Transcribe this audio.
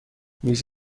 میز